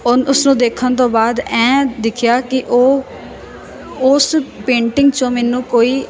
ਉਨ ਉਸ ਨੂੰ ਦੇਖਣ ਤੋਂ ਬਾਅਦ ਐਂ ਦਿਖਿਆ ਕਿ ਉਹ ਉਸ ਪੇਂਟਿੰਗ 'ਚੋਂ ਮੈਨੂੰ ਕੋਈ